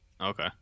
Okay